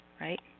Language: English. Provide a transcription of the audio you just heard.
right